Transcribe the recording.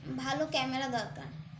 ভালো ক্যামেরা দরকার